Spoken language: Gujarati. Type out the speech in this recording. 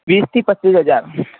વીસથી પચીસ હજાર